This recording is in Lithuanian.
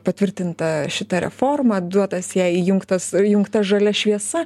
patvirtinta šita reforma duotas jai įjungtas įjungta žalia šviesa